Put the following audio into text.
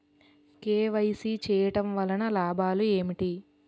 KYC చేయటం వలన లాభాలు ఏమిటి?